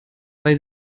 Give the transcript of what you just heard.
weil